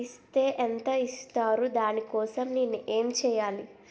Is తే ఎంత ఇస్తారు దాని కోసం నేను ఎంచ్యేయాలి?